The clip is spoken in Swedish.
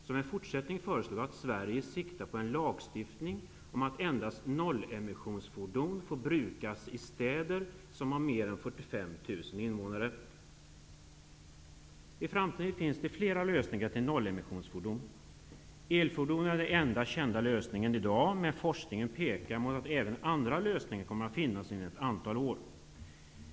Som en fortsättning föreslår vi att Sverige siktar på en lagstiftning om att endast nollemissionsfordon får brukas i städer som har mer än 45 000 invånare. I framtiden finns det flera lösningar till nollemissionsfordon. Elfordon är i dag den enda kända lösningen, men forskningen pekar mot att även andra lösningar kommer att finnas inom ett antal år.